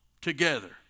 together